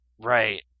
Right